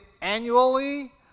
annually